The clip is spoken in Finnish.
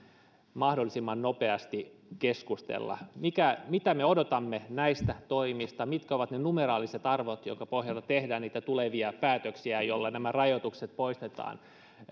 mahdollisimman nopeasti keskustella mitä me odotamme näistä toimista mitkä ovat ne numeraaliset arvot joidenka pohjalta tehdään tulevia päätöksiä joilla nämä rajoitukset poistetaan